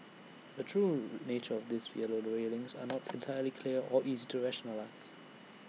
the true nature of these yellow railings are not entirely clear or easy to rationalise